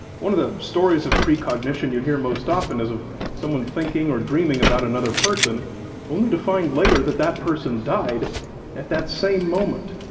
one of the stories or precognition you hear most often is of someone thinking or dreaming about another person only to find later that that person died at that same moment.